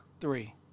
Three